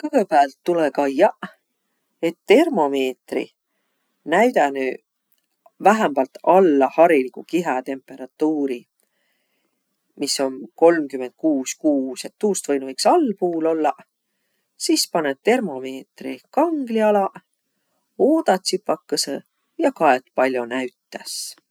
Kõgõpäält tulõ kaiaq, et termomiitri näüdänüq vähämbält alla hariligu kihätemperatuuri, mis om kolmkümend kuuskuus', et tuust võinu iks allpuul ollaq. Sis panõt termomiitri kangli alaq, oodat tsipakõsõ ja kaet, pall'o näütäs.